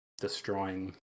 destroying